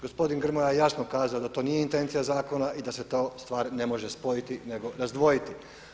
Gospodin Grmoja je jasno kazao da to nije intencija zakona i da se ta stvar ne može spojiti nego razdvojiti.